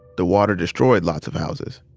the water destroyed lots of houses.